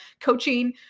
coaching